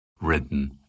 Written